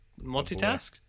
multitask